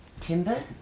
timber